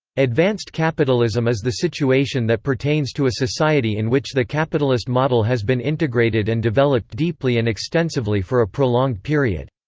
advanced capitalism is the situation that pertains to a society in which the capitalist model has been integrated and developed deeply and extensively for a prolonged period.